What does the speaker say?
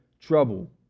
trouble